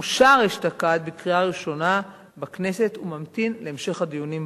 אושר אשתקד בקריאה ראשונה בכנסת וממתין להמשך הדיונים בו.